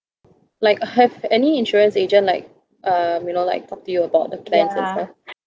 like have any insurance agent like um you know like talk to you about the plans and stuff